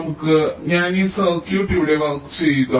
നമുക്ക് ഞാൻ ഈ സർക്യൂട്ട് ഇവിടെ വർക്ക് ചെയ്യുക